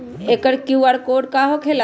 एकर QR code का होकेला?